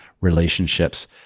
relationships